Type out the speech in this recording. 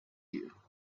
you